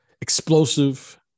Explosive